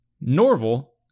Norval